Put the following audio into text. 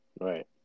Right